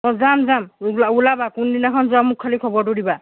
অঁ যাম যাম যোৱা ওলাবা কোনদিনাখন যোৱা মোক খালী খবৰটো দিবা